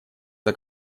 это